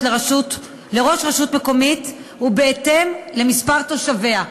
לראש רשות מקומית הוא בהתאם למספר תושביה.